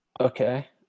Okay